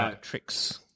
Tricks